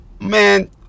Man